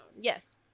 yes